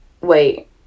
wait